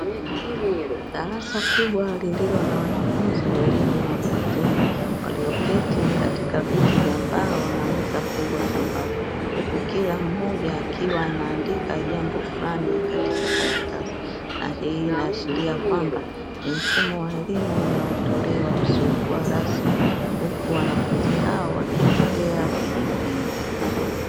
Darasa kubwa lililo na wanafunzi wa elimu ya watu wazima walioketi katika viti vya mbao na meza kubwa za mbao. Huku kila mmoja akiwa anaandika jambo flani katika karatasi, na hii inaashiria kwamba ni mfumo wa elimu unaotolewa usiokuwa rasmi; huku wanafunzi hao wakiendelea kujipima.